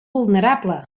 vulnerable